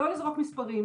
לא לזרוק מספרים,